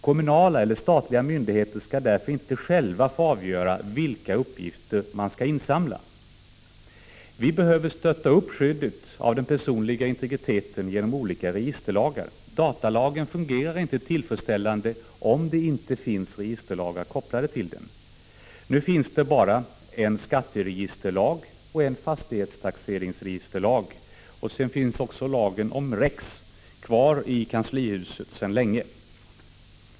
Kommunala eller statliga myndigheter skall därför inte själva få avgöra vilka uppgifter de skall insamla. Vi behöver stötta upp skyddet av den personliga integriteten genom olika registerlagar. Datalagen fungerar inte tillfredsställande om det inte finns registerlagar kopplade till den. Nu finns det bara en skatteregisterlag och en fastighetstaxeringsregisterlag — och sedan finns lagen om REX kvar i kanslihuset sedan länge.